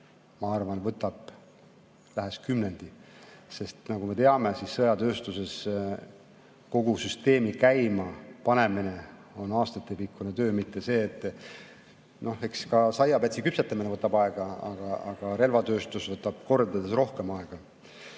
ma arvan, võtab ligi kümnendi, sest nagu me teame, sõjatööstuses kogu süsteemi käimapanemine on aastatepikkune töö. Noh, eks ka saiapätsi küpsetamine võtab aega, aga relvatööstus võtab mitu korda rohkem aega. Mis